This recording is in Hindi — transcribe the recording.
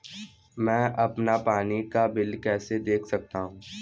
मैं अपना पानी का बिल कैसे देख सकता हूँ?